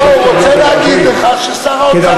הוא רוצה להגיד לך ששר האוצר לא מאפשר לו.